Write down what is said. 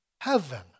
heaven